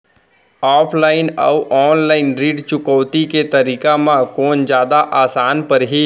Offline अऊ online ऋण चुकौती के तरीका म कोन जादा आसान परही?